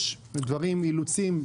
יש אילוצים,